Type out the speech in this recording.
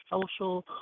social